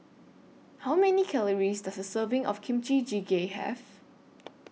How Many Calories Does A Serving of Kimchi Jjigae Have